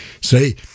Say